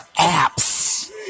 apps